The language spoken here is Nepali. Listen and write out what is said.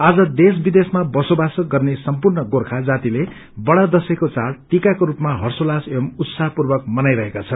आज देशविदेशमा बसोबासो गर्ने सम्पूर्ण गोर्खा जातिले बड़ा दशैको चाढ़ टिकाको रूपमा हर्षोत्लास एवं उत्साहपूर्वक मनाई रहेको छन्